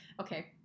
Okay